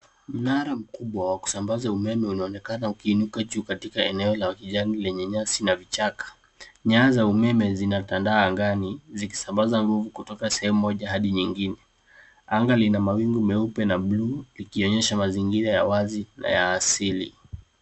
Mnara mkubwa wa kusambaza umeme unaonekana ukiinuka juu katika eneo la kijani lenye nyasi na vichaka. Nyaya za umeme zinatandaa angani zikisambaza nguvu kutoka sehemu moja hadi nyingine. Anga lina mawingu meupe na bluu ikionyesha mazingira ya wazi na ya asili.